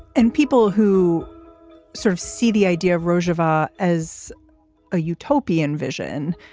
and people who sort of see the idea of rojava as a utopian vision.